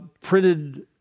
printed